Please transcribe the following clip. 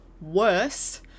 worse